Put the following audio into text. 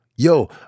Yo